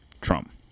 Trump